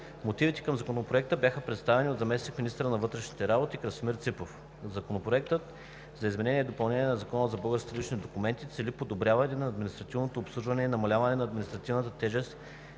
Мотивите към Законопроекта бяха представени от заместник министъра на вътрешните работи Красимир Ципов. Законопроектът за изменение и допълнение на Закона за българските лични документи цели подобряване на административното обслужване и намаляване на административната тежест